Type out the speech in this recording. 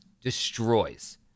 destroys